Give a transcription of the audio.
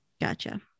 gotcha